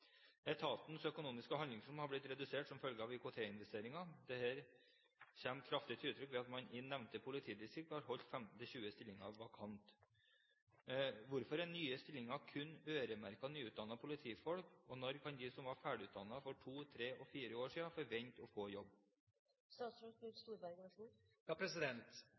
Etatens økonomiske handlingsrom har blitt redusert som følge av IKT-investeringene. Dette kommer kraftig til uttrykk ved at man i nevnte politidistrikt har holdt 15–20 stillinger vakante. Hvorfor er nye stillinger kun øremerket nyutdannede politifolk, og når kan de som var ferdigutdannet for to, tre og fire år siden, forvente å få jobb?»